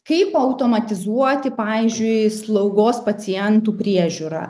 kaip automatizuoti pavyzdžiui slaugos pacientų priežiūrą